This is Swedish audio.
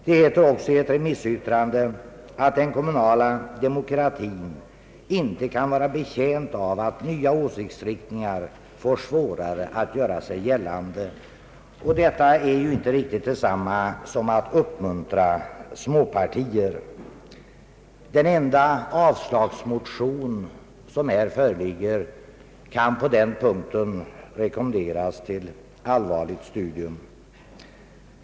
Det heter också i ett remissyttrande, att den kommunala demokratin inte kan vara betjänt av att nya åsiktsriktningar får svårare att göra sig gällande. Detta är ju inte riktigt detsamma som att man vill uppmuntra småpartier. Den enda avslagsmotion som föreligger kan på denna punkt rekommenderas till allvarligt studium.